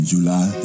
July